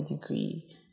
degree